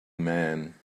man